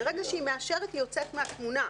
ברגע שהיא מאשרת, היא יוצאת מהתמונה,